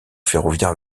ferroviaire